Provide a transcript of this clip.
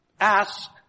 Ask